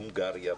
הונגריה,